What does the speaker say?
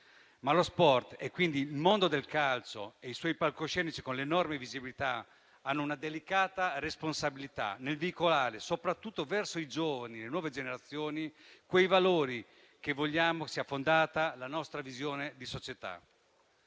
Lo sport e quindi il mondo del calcio e i suoi palcoscenici, con la loro enorme visibilità, hanno però una delicata responsabilità nel veicolare, soprattutto verso i giovani e le nuove generazioni, i valori sui quali vogliamo sia fondata la nostra visione di società.